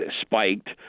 spiked